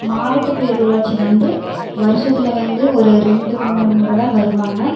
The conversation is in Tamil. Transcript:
மாவட்ட பேரூராட்சி வந்து வருஷத்தில் வந்து ஒரு ரெண்டு மூணு முறைதான் வருவாங்க